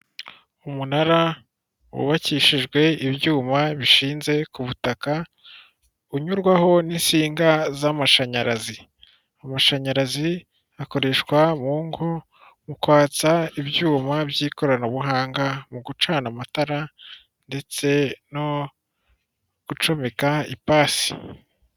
Umunara wubakishijwe ibyuma bishinze ku butaka, unyurwaho n'insinga z'amashanyarazi. Amashanyarazi akoreshwa mu ngo, mu kwatsa ibyuma by'ikoranabuhanga, mu gucana amatara ndetse no gucomeka ipasi.